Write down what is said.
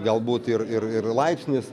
galbūt ir ir ir laipsnis